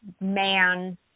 man